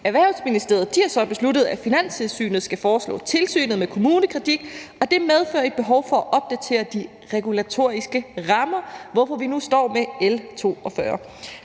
Erhvervsministeriet har så besluttet, at Finanstilsynet skal forestå tilsynet med KommuneKredit, og det medfører et behov for at opdatere de regulatoriske rammer, hvorfor vi nu står med L 42.